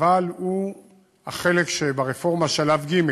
אבל הוא החלק שברפורמה הוא שלב ג'.